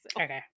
Okay